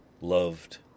loved